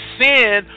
sin